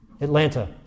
Atlanta